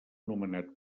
nomenat